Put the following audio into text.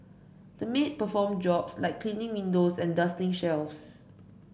the maid performed jobs like cleaning windows and dusting shelves